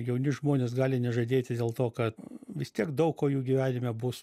jauni žmonės gali nežadėti dėl to kad vis tiek daug ko jų gyvenime bus